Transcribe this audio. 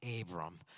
Abram